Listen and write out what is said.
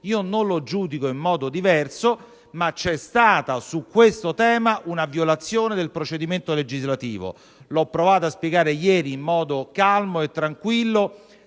io non lo giudico in modo diverso, ma c'è stata su questo tema una violazione del procedimento legislativo. Ho provato a spiegarlo ieri, in modo calmo e tranquillo,